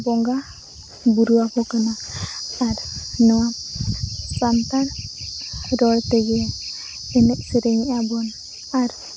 ᱵᱚᱸᱜᱟ ᱵᱳᱨᱳ ᱟᱠᱚᱠᱟᱱᱟ ᱟᱨ ᱱᱚᱣᱟ ᱥᱟᱱᱛᱟᱲ ᱨᱚᱲᱛᱮᱜᱮ ᱮᱱᱮᱡᱼᱥᱮᱨᱮᱧ ᱮᱫᱟᱵᱚᱱ ᱟᱨ